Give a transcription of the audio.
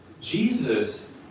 Jesus